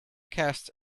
casts